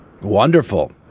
Wonderful